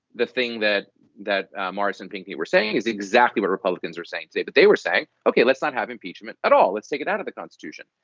the thing that that martin thing that we're saying is exactly what republicans are saying today. but they were saying, ok, let's not have impeachment at all. let's take it out of the constitution.